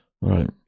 right